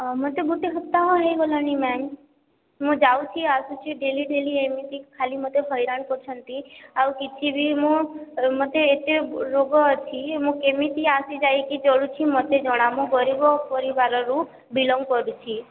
ହଁ ମୋତେ ଗୋଟେ ସପ୍ତାହ ହେଇଗଲାଣି ମ୍ୟାମ୍ ମୁଁ ଯାଉଛି ଆସୁଛି ଡେଲି ଡେଲି ଏମିତି ଖାଲି ମୋତେ ହଇରାଣ କରୁଛନ୍ତି ଆଉ କିଛି ବି ମୁଁ ମୋତେ ଏତେ ରୋଗ ଅଛି ମୁଁ କେମିତି ଆସି ଯାଇକି ଚଳୁଛି ମୋତେ ଜଣା ମୁଁ ଗରିବ ପରିବାରରୁ ବିଲଙ୍ଗ୍ କରୁଛି